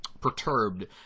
perturbed